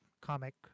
comic